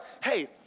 hey